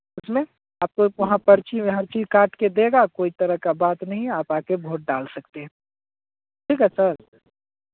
इसमें आपको एक वहाँ पर्ची पर हर चीज काट के देगा कोई तरह का बात नहीं है आप आके वोट डाल सकते हैं ठीक है सर